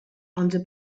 under